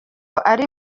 ari